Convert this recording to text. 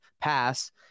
pass